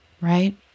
right